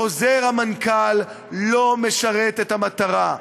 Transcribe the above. חוזר המנכ"ל לא משרת את המטרה.